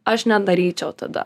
aš nedaryčiau tada